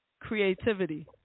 Creativity